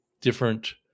different